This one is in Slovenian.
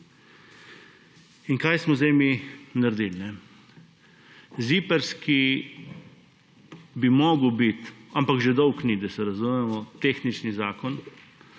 In kaj smo zdaj mi naredili? ZIPRS, ki bi moral biti, ampak že dolgo ni, da se razumemo, tehnični zakon,